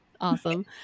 awesome